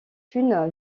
une